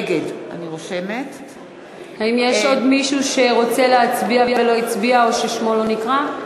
נגד האם יש עוד מישהו שרוצה להצביע ולא הצביע או ששמו לא נקרא?